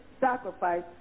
sacrifice